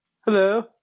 Hello